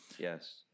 yes